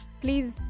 please